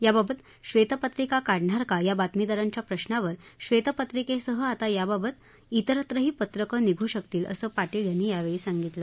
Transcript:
याबाबत श्वेतपत्रिका काढणार का या बातमीदारांच्या प्रश्नावर श्वेतपत्रिकेसह आता याबाबत अनेक पत्रकं निघू शकतील असं पाटील यांनी सांगितलं